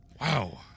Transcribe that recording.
Wow